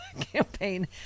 campaign